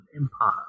Empire